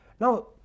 Now